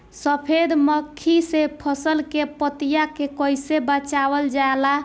सफेद मक्खी से फसल के पतिया के कइसे बचावल जाला?